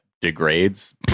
degrades